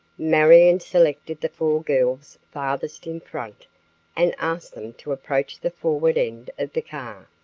marion selected the four girls farthest in front and asked them to approach the forward end of the car.